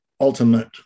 ultimate